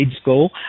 school